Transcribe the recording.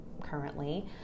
currently